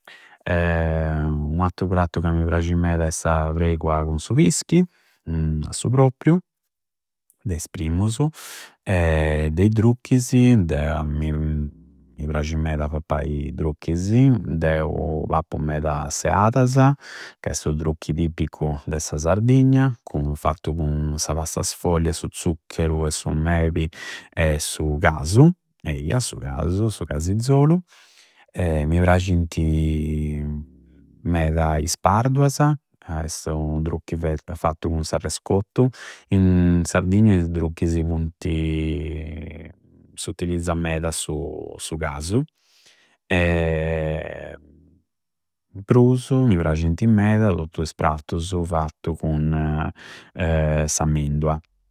u attru prattu ca mi prasci meda è sa fregua cun su pischi a su propiu, de is primusu. De i drucchisi de, mi prasci meda pappai drucchisi. Deu pappu meda seadasa, ca esti u drucchi tipicu de sa Sardigna, fattu cun sa pasta sfoglia e su zuccheru e su mebi e su casu, eia su casu, su casizolu. Mi prascinti meda is parduasa, su drucchi fattu cun s'arrescottu. In Sardigna i drucchisi funti, s'utilizza meda su, su casu. In prusu mi prascinti meda tottu is prattusu fattu cun sa mendua.